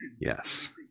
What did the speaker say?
Yes